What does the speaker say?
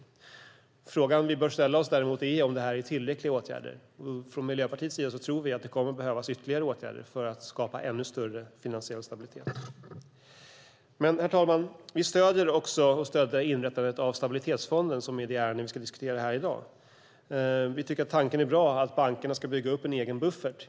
Den fråga vi bör ställa oss är om detta är tillräckliga åtgärder. Miljöpartiet tror att det kommer att behövas ytterligare åtgärder för att skapa ännu större finansiell stabilitet. Herr talman! Vi stöder inrättandet av Stabilitetsfonden som är det ärende vi ska diskutera här i dag. Vi tycker att det är en bra tanke att bankerna ska bygga upp en egen buffert.